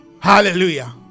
Hallelujah